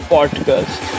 Podcast